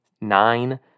nine